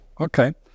okay